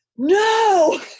no